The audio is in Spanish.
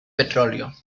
petróleo